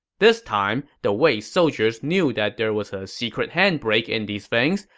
this time, the wei soldiers knew that there was a secret handbrake in these things,